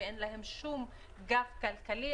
ואין להם שום גב כלכלי.